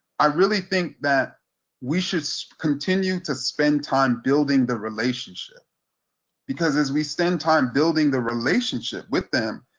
i really think that we should so continue to spend time building the relationship because as we spend time building the relationship with them,